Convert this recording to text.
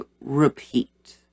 repeat